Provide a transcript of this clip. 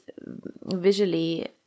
visually